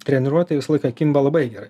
treniruotėj visą laiką kimba labai gerai